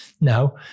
no